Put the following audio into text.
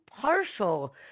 partial